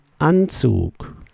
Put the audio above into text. Anzug